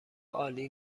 عالی